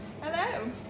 Hello